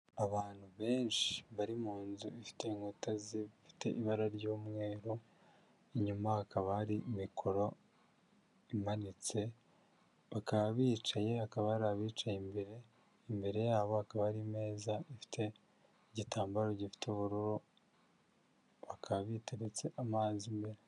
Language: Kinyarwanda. Abantu benshi bari munzu ifite inkuta zifite ibara ry'umweru, inyuma hakaba hari mikoro imanitse, bakaba bicaye, hakaba hari abicaye imbere, imbere yabo hakaba hari imeza ifite igitambaro gifite ubururu, bakaba biteretse amazi imbere.